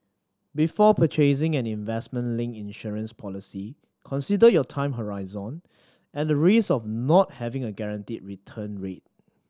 before purchasing an investment linked insurance policy consider your time horizon and the risk of not having a guaranteed return rate